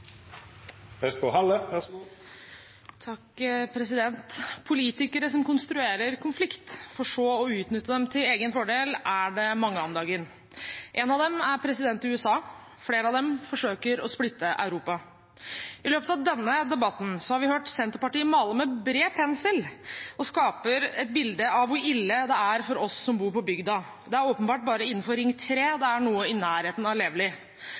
En av dem er president i USA, flere av dem forsøker å splitte Europa. I løpet av denne debatten har vi hørt Senterpartiet male med bred pensel og skaper et bilde av hvor ille det er for oss som bor på bygda. Det er åpenbart bare innenfor Ring 3 det er noe i nærheten av levelig.